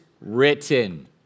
written